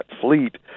fleet